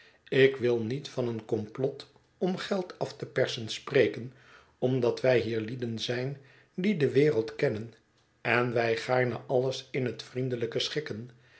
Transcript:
ik wil niet van een komplot om geld af te persen spreken omdat wij hier lieden zijn die de wereld kennen en wij gaarne alles in het vriendelijke schikken